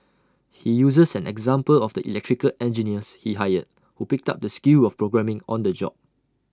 he uses an example of the electrical engineers he hired who picked up the skill of programming on the job